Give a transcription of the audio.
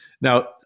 Now